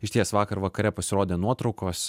išties vakar vakare pasirodė nuotraukos